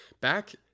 Back